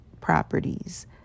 properties